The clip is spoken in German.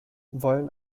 wollen